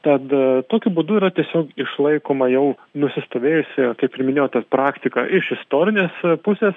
tad tokiu būdu yra tiesiog išlaikoma jau nusistovėjusi kaip ir minėjau ta praktika iš istorinės pusės